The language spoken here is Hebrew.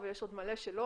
אבל יש עוד מלא שלא.